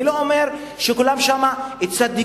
אני לא אומר שכולם שם צדיקים,